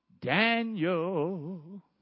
Daniel